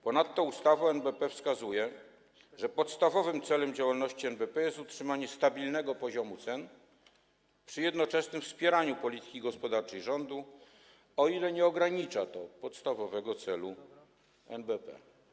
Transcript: Ponadto ustawa o NBP wskazuje, że podstawowym celem działalności NBP jest utrzymanie stabilnego poziomu cen przy jednoczesnym wspieraniu polityki gospodarczej rządu, o ile nie ogranicza to podstawowego celu NBP.